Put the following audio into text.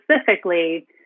specifically